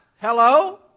Hello